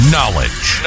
Knowledge